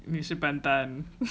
你是笨蛋